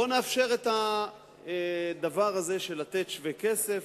בואו ונאפשר את הדבר הזה, של לתת שווה-כסף.